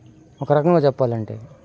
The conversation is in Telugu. ఒక రకంగా